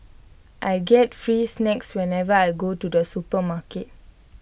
I get free snacks whenever I go to the supermarket